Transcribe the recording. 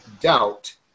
doubt